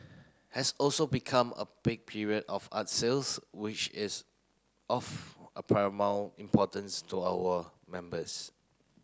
has also become a peak period of art sales which is of a paramount importance to our members